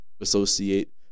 associate